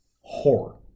horror